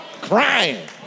crying